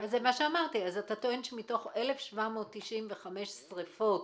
זה מה שאמרתי שמתוך 1,795 שריפות,